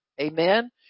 Amen